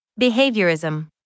Behaviorism